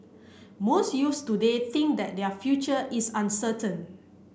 most youths today think that their future is uncertain